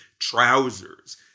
trousers